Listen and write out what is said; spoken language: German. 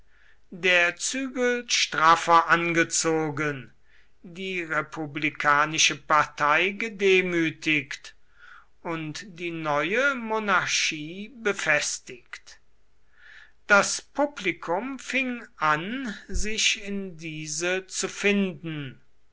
der zügel straffer angezogen die republikanische partei gedemütigt und die neue monarchie befestigt das publikum fing an sich in diese zu finden